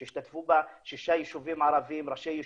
שהשתתפו בה שישה יישובים ערביים, ראשי יישובים,